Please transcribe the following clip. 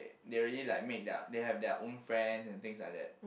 they already like make their they have their own friends and things like that